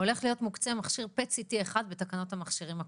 הולך להיות מוקצה מכשיר PET CT אחד בתקנות המכשירים הקרובות.